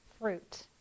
fruit